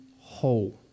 whole